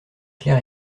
claire